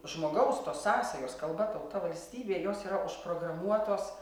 žmogaus tos sąsajos kalba tauta valstybė jos yra užprogramuotos